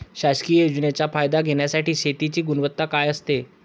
शासकीय योजनेचा फायदा घेण्यासाठी शेतीची गुणवत्ता काय असते?